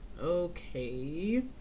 okay